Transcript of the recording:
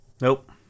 Nope